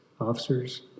officers